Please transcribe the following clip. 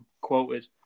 quoted